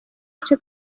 agace